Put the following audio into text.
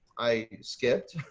i skipped